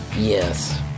Yes